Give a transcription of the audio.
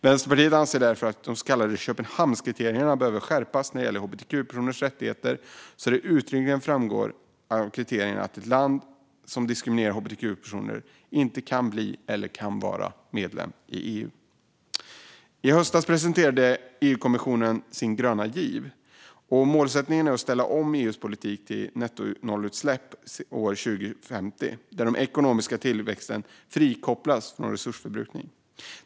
Vänsterpartiet anser därför att de så kallade Köpenhamnskriterierna behöver skärpas när det gäller hbtq-personers rättigheter så att det uttryckligen framgår av kriterierna att ett land som diskriminerar hbtq-personer inte kan bli eller kan vara medlem i EU. I höstas presenterade EU-kommissionen sin gröna giv. Målsättningen är att ställa om EU:s politik till nettonollutsläpp år 2050 och att den ekonomiska tillväxten frikopplas från resursförbrukning.